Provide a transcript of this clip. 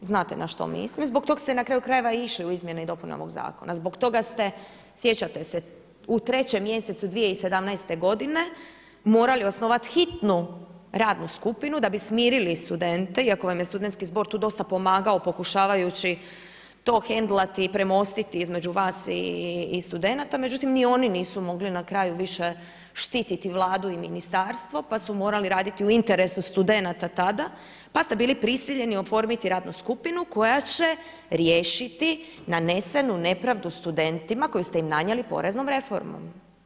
Znate na što mislim i zbog toga ste na kraju krajeva i išli u izmjene i dopune ovog zakona, zbog toga ste sjećate se u 3. mjesecu 2017. godine morali osnovati hitnu radnu skupinu da bi smirili studente, iako vam je tu Studentski zbor tu dosta pomagao pokušavajući to hendlati i premostiti između vas i studenata, međutim ni oni nisu na kraju mogli više štititi Vladu i ministarstvo pa su morali raditi u interesu studenata tada, pa ste bili prisiljeni oformiti radnu skupinu koja će riješiti nanesenu nepravdu studentima koju ste im nanijeli poreznom reformom.